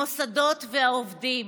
המוסדות והעובדים.